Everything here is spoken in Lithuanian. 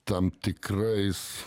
tam tikrais